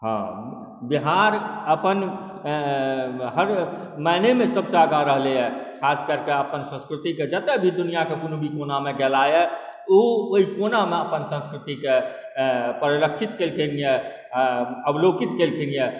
हँ बिहार अपन हर मायनेमे सभसॅं आगाँ रहलै हँ खासकरके अपन संस्कृति जतय भी दुनिऑंक कोनो भी कोनामे गेला हँ ओ ओहि कोनामे अपन संस्कृतिकेॅं परिलक्षित केलखिन यऽ अवलोकित केलखिन यऽ